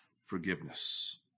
forgiveness